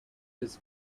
his